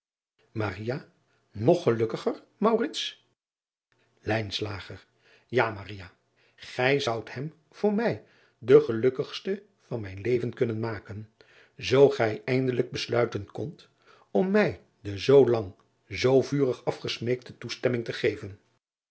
og gelukkiger a gij zoudt hem voor mij den gelukkigsten van mijn leven kunnen maken oo gij eindelijk besluiten kondt om mij de zoo lang zoo vurig afgesmeekte toestemming te geven